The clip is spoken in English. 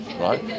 right